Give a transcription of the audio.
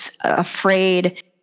afraid